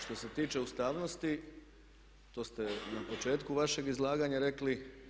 Što se tiče ustavnosti to ste na početku vašeg izlaganja rekli.